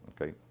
okay